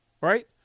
right